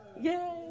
Yay